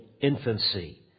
infancy